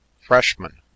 Freshman